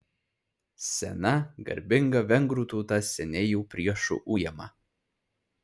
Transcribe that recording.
sena garbinga vengrų tauta seniai jau priešų ujama